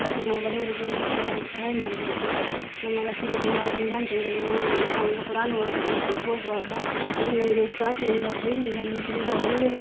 ಮತ್ತು ನಾವು ಬಡವರಿಗೆಲ್ಲ ತುಂಬ ಸಹಾಯ ಮಾಡಬೇಕು ನಮ್ಮ ಮಸೀದಿಯಲ್ಲಿ ನಾವು ರಂಜಾನ್ ತಿಂಗಳಲ್ಲಿ ನಾವು ಇದನ್ನ ಈಗ ಕುರಾನ್ ಓದಲಿಕ್ಕೆ ಹೋಗುವಾಗ ಅಲ್ಲಿ ನಮಗೆ ಸ್ಟಾರ್ಟಿನಿಂದ ಶುರುವಿನಿಂದ ನಮಗೆ ತುಂಬ ಒಳ್ಳೆ